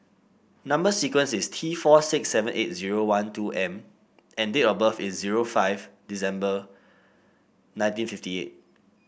number sequence is T four six seven eight zero one two M and date of birth is zero five December nineteen fifty eight